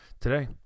today